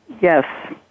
yes